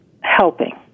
helping